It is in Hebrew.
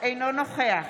אינו נוכח